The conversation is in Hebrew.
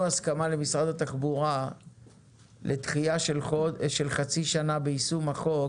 הסכמה למשרד התחבורה לדחייה של חצי שנה ביישום החוק